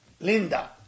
Linda